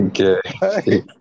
Okay